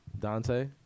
Dante